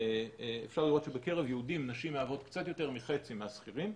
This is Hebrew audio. אפשר לראות שבקרב יהודים נשים מהוות קצת יותר מחצי מהשכירים,